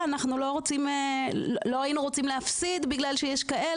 זה יכול להיות לא רק בטיפול בבעלי חיים,